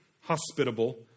hospitable